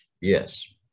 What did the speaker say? Yes